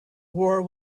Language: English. war